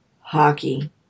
hockey